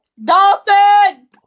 DOLPHIN